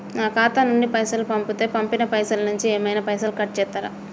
నా ఖాతా నుండి పైసలు పంపుతే పంపిన పైసల నుంచి ఏమైనా పైసలు కట్ చేత్తరా?